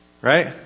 Right